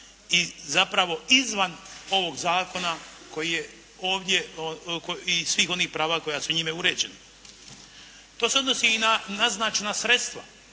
i zapravo izvan ovog zakona koji je ovdje i svih onih prava koja su njime uređena. To se odnosi i na naznačena sredstva.